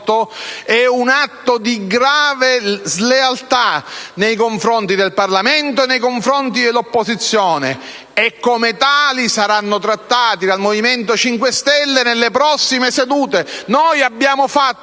un atto di grave slealtà nei confronti del Parlamento e dell'opposizione, e come tale sarà trattato dal Movimento 5 Stelle nelle prossime sedute.